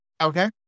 Okay